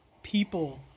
people